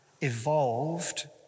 evolved